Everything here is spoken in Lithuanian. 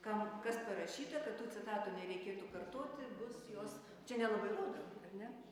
kam kas parašyta kad tų citatų nereikėtų kartoti bus jos čia nelabai ar ne